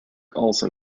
also